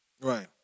Right